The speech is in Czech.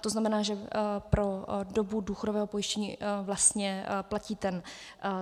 To znamená, že pro dobu důchodového pojištění vlastně platí ten